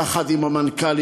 יחד עם המנכ"לים,